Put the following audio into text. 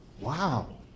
Wow